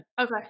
Okay